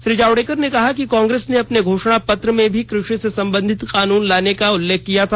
श्री जावड़ेकर ने कहा कि कांग्रेस ने अपने घोषणा पत्र में भी कृषि से संबंधित कानून लाने का उल्लेख किया था